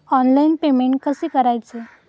Online payment कसे करायचे?